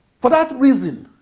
for that reason,